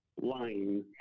line